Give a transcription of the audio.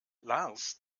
lars